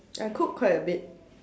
I cook quite a bit